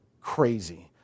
Crazy